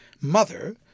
mother